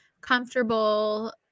comfortable